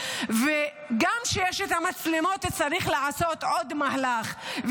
וגם כשיש את המצלמות צריך לעשות עוד מהלך,